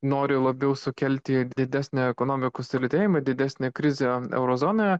nori labiau sukelti didesnę ekonomikos sulėtėjimą ir didesnę krizę euro zonoje